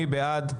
מי בעד?